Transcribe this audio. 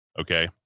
okay